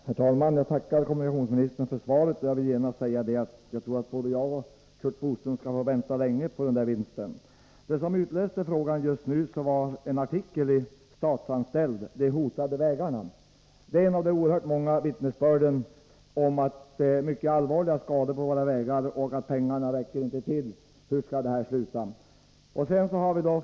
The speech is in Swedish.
Herr talman! Jag tackar kommunikationsministern för svaret. Jag vill genast säga att både jag och Curt Boström kommer att få vänta länge på vinsten. Det som utlöste min fråga var en artikel i tidningen Statsanställd, De hotade vägarna. Det är ett av de oerhört många vittnesbörden om att våra vägar har mycket allvarliga skador och att pengarna inte räcker till. Man frågar sig hur det hela skall sluta.